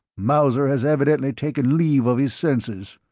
mauser has evidently taken leave of his senses.